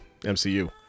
MCU